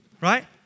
right